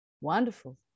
Wonderful